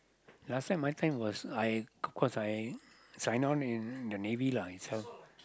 last time my time was I cause I sign on in the navy lah itself